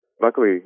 Luckily